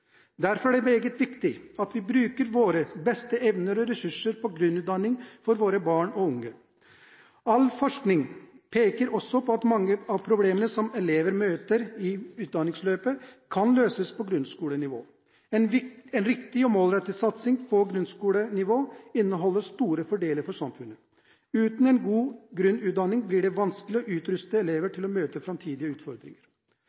Derfor er det meget viktig at vi bruker våre beste evner og ressurser på grunnutdanning for våre barn og unge. All forskning peker også på at mange av problemene som elever møter i utdanningsløpet, kan løses på grunnskolenivå. En riktig og målrettet satsing på grunnskolenivå innebærer store fordeler for samfunnet. Uten en god grunnutdanning blir det vanskelig å utruste elever